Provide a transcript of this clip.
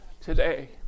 today